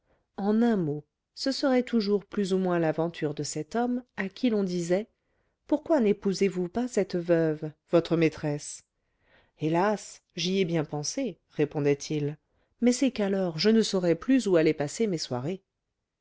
en un mot ce serait toujours plus ou moins l'aventure de cet homme à qui l'on disait pourquoi népousez vous pas cette veuve votre maîtresse hélas j'y ai bien pensé répondait-il mais c'est qu'alors je ne saurais plus où aller passer mes soirées